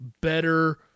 better